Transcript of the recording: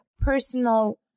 personal